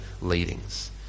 leadings